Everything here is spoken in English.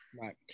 Right